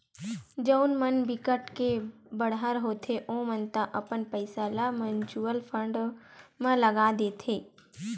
जउन मन बिकट के बड़हर होथे ओमन तो अपन पइसा ल म्युचुअल फंड म लगा देथे